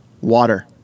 water